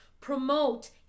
promote